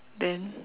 then